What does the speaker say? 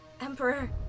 Emperor